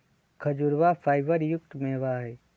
खजूरवा फाइबर युक्त मेवा हई